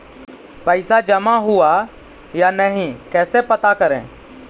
पैसा जमा हुआ या नही कैसे पता करे?